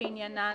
שעניינן